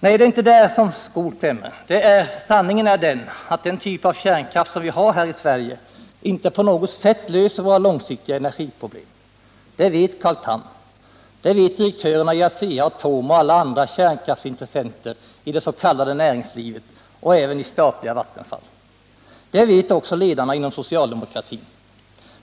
Nej, det är inte där skon klämmer. Sanningen är den att den typ av kärnkraft som vi har här i Sverige inte på något sätt löser våra långsiktiga energiproblem. Det vet Carl Tham, det vet direktörerna för Asea-Atom och alla andra kärnkraftsintressenter i det s.k. näringslivet och även i statliga Vattenfall. Det vet också ledarna inom socialdemokratin.